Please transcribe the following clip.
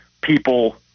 people